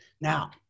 Now